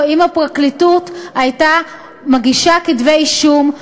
במדינת ישראל צריכה להיות הפרדת רשויות ברורה בין הרשות השופטת,